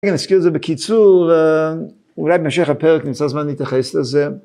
כן, נזכיר את זה בקיצור, ואולי במשך הפרק נמצא זמן להתייחס לזה.